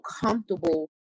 comfortable